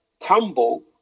tumble